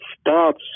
starts